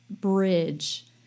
bridge